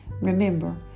Remember